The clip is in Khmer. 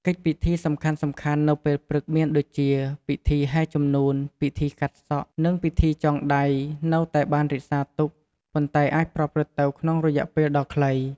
កិច្ចពិធីសំខាន់ៗនៅពេលព្រឹកមានដូចជា ពិធីហែជំនូន ពិធីកាត់សក់ និងពិធីចងដៃ នៅតែបានរក្សាទុក ប៉ុន្តែអាចប្រព្រឹត្តទៅក្នុងរយៈពេលដ៏ខ្លី។